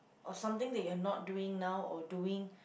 or something that you are not doing now or doing